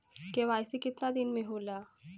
KYC कितना दिन में होले?